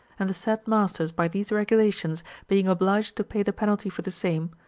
and the said masters, by these regulations, being obliged to pay the penalty for the same,